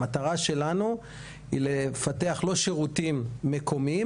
המטרה שלנו היא לפתח לא שירותים מקומיים,